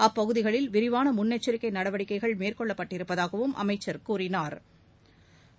அப்பகுதிகளில் விரிவாள முன்னேச்சிக்கை நடவடிக்கைகள் மேற்கொள்ளப்பட்டிருப்பதாகவும் அமைச்சர் கூறினா்